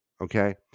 Okay